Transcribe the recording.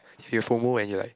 you have fomo when you like